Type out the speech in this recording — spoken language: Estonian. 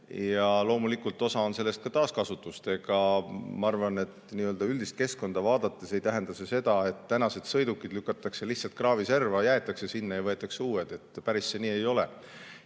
Loomulikult osa sellest on ka taaskasutus. Ma arvan, et nii-öelda üldist keskkonda vaadates ei tähenda see seda, et praegused sõidukid lükatakse lihtsalt kraaviserva, jäetakse sinna ja võetakse uued. Päris nii ei ole. On